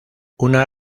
una